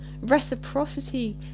reciprocity